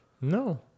No